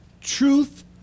Truth